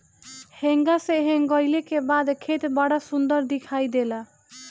हेंगा से हेंगईले के बाद खेत बड़ा सुंदर दिखाई देला